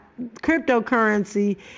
cryptocurrency